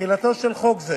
תחילתו של חוק זה